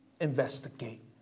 investigate